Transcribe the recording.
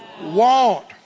want